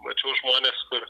mačiau žmones kur